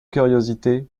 curiosité